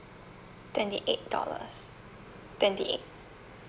twenty eight dollars twenty eight